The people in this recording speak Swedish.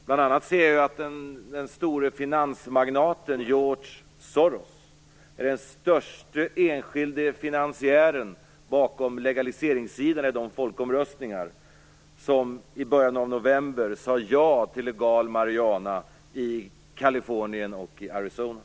Bl.a. ser man att den store finansmagnaten, George Soros, är den störste enskilde finansiären bakom legaliseringssidan i de folkomröstningar som i början av november sade ja till en legalisering av marijuana i Californien och Arizona.